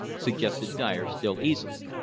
suggested dyer, still easily.